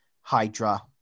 Hydra